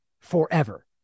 Forever